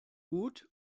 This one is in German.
gut